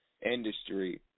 industry